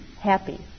happy